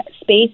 space